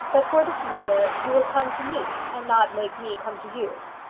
that for the future you will come to me, and not make me come to you.